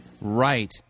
Right